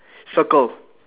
circle